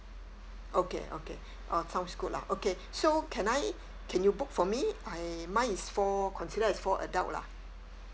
okay okay uh sounds good lah okay so can I can you book for me I mine is four consider as four adult lah